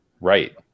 right